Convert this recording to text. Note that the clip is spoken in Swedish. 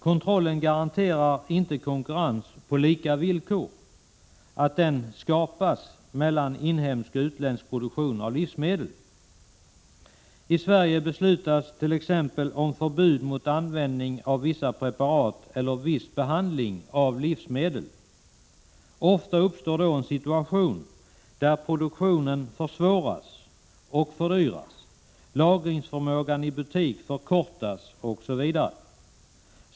Kontrollen garanterar inte att konkurrens på lika villkor skapas mellan inhemsk och utländsk produktion av livsmedel. I Sverige beslutas t.ex. om förbud mot användning av visst preparat eller viss behandling av livsmedel. Ofta uppstår då en situation där produktionen försvåras och fördyras, lagringsförmågan i butik förkortas osv.